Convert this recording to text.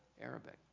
Arabic